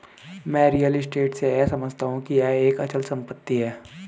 मैं real estate से यह समझता हूं कि यह एक अचल संपत्ति है